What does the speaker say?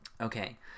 Okay